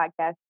podcast